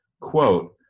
Quote